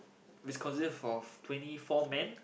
which consist of twenty four men